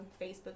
facebook